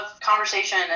conversation